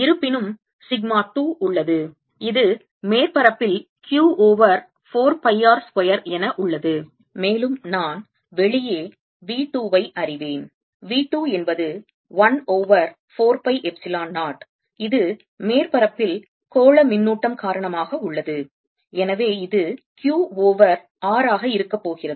இருப்பினும் சிக்மா 2 உள்ளது இது மேற்பரப்பில் Q over 4 pi R square என உள்ளது மேலும் நான் வெளியே V 2 ஐ அறிவேன் V 2 என்பது 1 ஓவர் 4 பை எப்சிலான் 0 இது மேற்பரப்பில் கோள மின்னூட்டம் காரணமாக உள்ளது எனவே இது q ஓவர் r ஆக இருக்கப் போகிறது